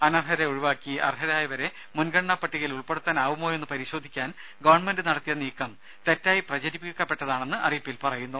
അനർഹരെ ഒഴിവാക്കി അർഹരായവരെ മുൻഗണനാ പട്ടികയിൽ ഉൾപ്പെടുത്താനാവുമോയെന്ന് പരിശോധിക്കാൻ ഗവൺമെന്റ് നടത്തിയ നീക്കം തെറ്റായി പ്രചരിപ്പിക്കപ്പെട്ടതാണെന്ന് അറിയിപ്പിൽ പറയുന്നു